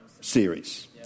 series